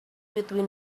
between